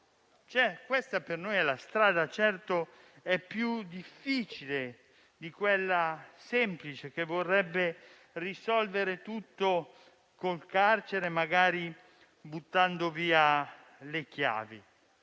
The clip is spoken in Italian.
seguire, che è certamente più difficile di quella semplice che vorrebbe risolvere tutto con il carcere, magari buttando via le chiavi.